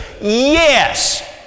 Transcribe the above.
Yes